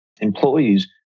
employees